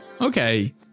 Okay